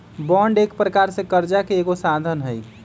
bond एक प्रकार से करजा के एगो साधन हइ